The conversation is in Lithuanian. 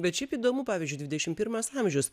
bet šiaip įdomu pavyzdžiui dvidešimt pirmas amžius